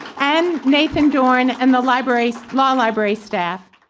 and nathan dorn and the library's, small library staff.